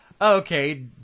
okay